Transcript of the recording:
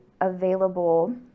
available